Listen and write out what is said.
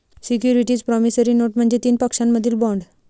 securities promissory note म्हणजे तीन पक्षांमधील बॉण्ड